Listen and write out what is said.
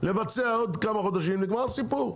לבצע עוד כמה חודשים ונגמר הסיפור.